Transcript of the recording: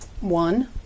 one